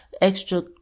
extra